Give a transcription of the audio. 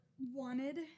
wanted